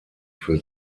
für